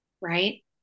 right